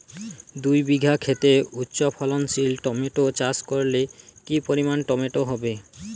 দুই বিঘা খেতে উচ্চফলনশীল টমেটো চাষ করলে কি পরিমাণ টমেটো হবে?